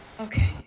okay